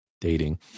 dating